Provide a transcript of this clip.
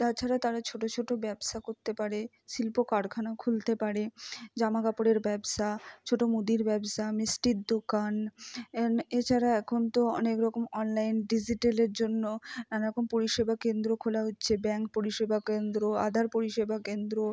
তাছাড়া তারা ছোট ছোট ব্যবসা করতে পারে শিল্প কারখানা খুলতে পারে জামা কাপড়ের ব্যবসা ছোট মুদির ব্যবসা মিষ্টির দোকান এছাড়া এখন তো অনেক রকম অনলাইন ডিজিটালের জন্য নানা রকম পরিষেবা কেন্দ্র খোলা হচ্ছে ব্যাঙ্ক পরিষেবা কেন্দ্র আধার পরিষেবা কেন্দ্র